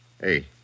Hey